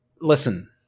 listen